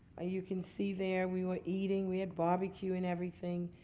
ah you can see there we were eating. we had barbecue and everything.